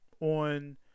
on